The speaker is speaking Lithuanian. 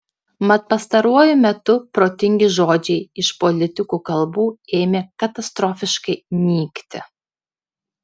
mat pastaruoju metu protingi žodžiai iš politikų kalbų ėmė katastrofiškai nykti